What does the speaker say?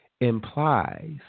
implies